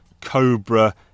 cobra